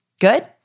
Good